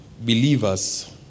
believers